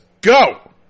Go